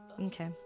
Okay